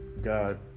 God